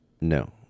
no